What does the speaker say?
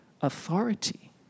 authority